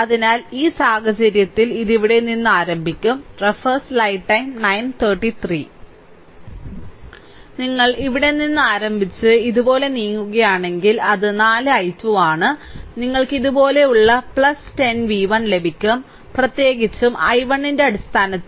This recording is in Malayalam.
അതിനാൽ ഈ സാഹചര്യത്തിൽ ഇത് ഇവിടെ നിന്ന് ആരംഭിക്കും നിങ്ങൾ ഇവിടെ നിന്ന് ആരംഭിച്ച് ഇതുപോലെ നീങ്ങുന്നുവെങ്കിൽ അത് 4 i2 ആണ് നിങ്ങൾക്ക് ഇതുപോലുള്ള 10 v1 ലഭിക്കും പ്രത്യേകിച്ചും i1 ന്റെ അടിസ്ഥാനത്തിൽ